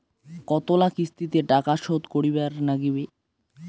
কতোলা কিস্তিতে টাকা শোধ করিবার নাগীবে?